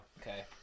Okay